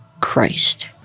Christ